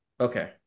Okay